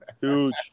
Huge